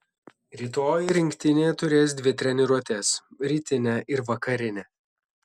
rytoj rinktinė turės dvi treniruotes rytinę ir vakarinę